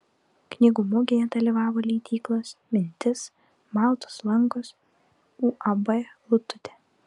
knygų mugėje dalyvavo leidyklos mintis baltos lankos uab lututė